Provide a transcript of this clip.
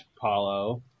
paulo